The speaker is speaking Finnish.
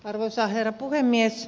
arvoisa herra puhemies